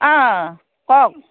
অ কওক